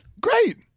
Great